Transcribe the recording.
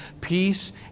peace